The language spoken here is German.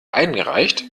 eingereicht